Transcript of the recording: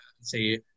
say